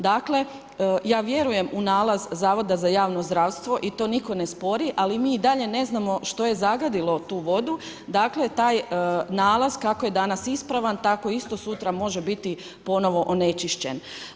Dakle, ja vjerujem u nalaz Zavoda za javno zdravstvo i to nitko ne spori, ali mi i dalje ne znamo što je zagadilo tu vodu, dakle, taj nalaz kako je danas ispravan, tako isto sutra može biti ponovo onečišćen.